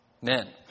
Men